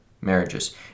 marriages